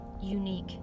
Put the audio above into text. unique